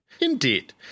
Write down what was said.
Indeed